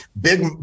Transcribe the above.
big